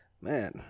man